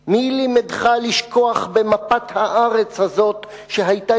ערב!?/ מי לידך לשכוח במפת הארץ הזאת,/ שהיתה